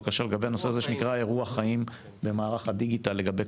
בנושא הזה שנקרא אירוע חיים במערך הדיגיטלי את הדבר הזה שנקרא